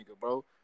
bro